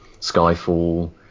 Skyfall